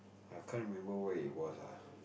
I can't remember where it was ah